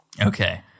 Okay